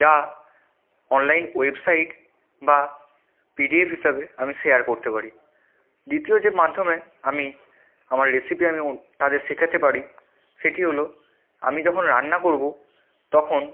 যা online website বা PDF হিসাবে আমি শেয়ার করতে পারি দ্বিতীয় যে মাধ্যমে আমি আমার রেসিপি আমিও তাদের শেখাতে পারি সেটি হলো আমি যখন রান্না করবো তখন